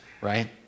Right